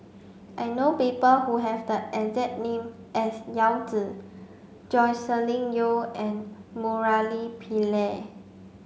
I know people who have the exact name as Yao Zi Joscelin Yeo and Murali Pillai